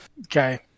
Okay